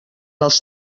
els